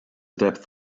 depth